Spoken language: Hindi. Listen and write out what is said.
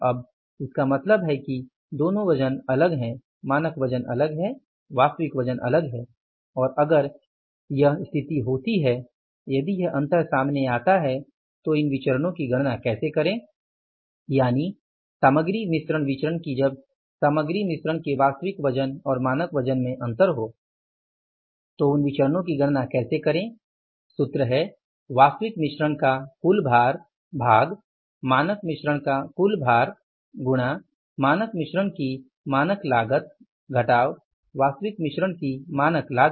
अब इसका मतलब है कि दोनों वज़न अलग हैं मानक वजन अलग है वास्तविक वज़न अलग है और अगर यह स्थिति होती है यदि यह अंतर सामने आता है तो इन विचरणो की गणना कैसे करें यानि सामग्री मिश्रण विचरण की जब सामग्री मिश्रण के वास्तविक वज़न और मानक वज़न में अंतर हो तो उन विचरणो की गणना कैसे करें सूत्र है वास्तविक मिश्रण का कुल भार भाग मानक मिश्रण का कुल भार गुणा मानक मिश्रण की मानक लागत घटाव वास्तविक मिश्रण की मानक लागत